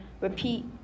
Repeat